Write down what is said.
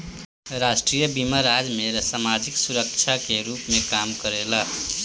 राष्ट्रीय बीमा राज्य में सामाजिक सुरक्षा के रूप में काम करेला